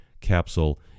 capsule